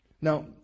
Now